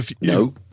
No